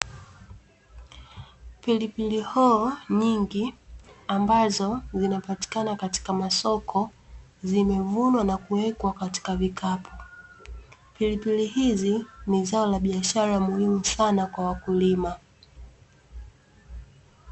Pilipili hoho nyingi, ambazo zinapitikana katika masoko, zimevunwa na kuwekwa katika vikapu. Pilipili hizi ni zao la biashara muhimu sana kwa wakulima.